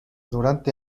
durante